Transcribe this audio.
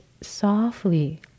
softly